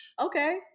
Okay